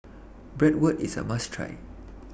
Bratwurst IS A must Try